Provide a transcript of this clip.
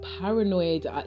paranoid